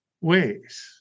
ways